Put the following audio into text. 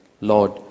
Lord